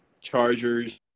Chargers